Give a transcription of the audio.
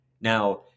Now